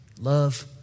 love